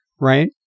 right